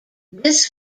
this